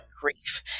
grief